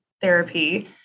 therapy